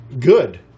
good